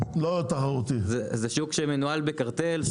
זה שוק שמנוהל בקרטל.